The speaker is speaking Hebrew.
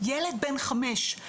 ילד בן חמש.